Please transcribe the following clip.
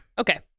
okay